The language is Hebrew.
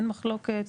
אין מחלוקת,